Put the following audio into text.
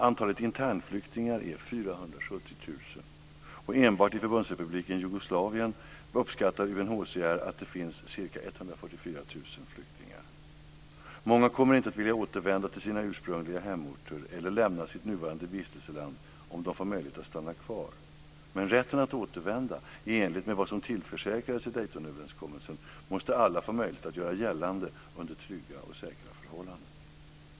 Antalet internflyktingar är 470 000, och enbart i Förbundsrepubliken Jugoslavien uppskattar UNHCR att det finns ca 144 000 flyktingar. Många kommer inte att vilja återvända till sina ursprungliga hemorter eller lämna sitt nuvarande vistelseland om de får möjlighet att stanna kvar. Men rätten att återvända, i enlighet med vad som tillförsäkrades i Daytonöverenskommelsen, måste alla få möjlighet att göra gällande under trygga och säkra förhållanden.